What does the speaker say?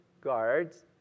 guards